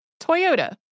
Toyota